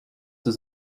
does